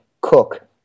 cook